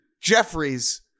Jeffries